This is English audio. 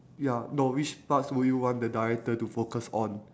ya no which parts would you want the director to focus on